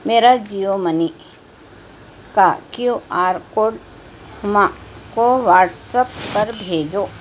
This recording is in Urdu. میرا جیو منی کا کیو آر کوڈ ہما کو واٹساپ پر بھیجو